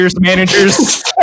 managers